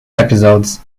episodes